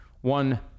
one